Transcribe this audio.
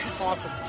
Awesome